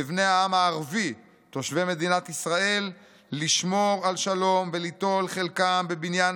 לבני העם הערבי תושבי מדינת ישראל לשמור על שלום וליטול חלקם בבניין